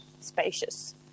spacious